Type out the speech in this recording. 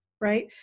right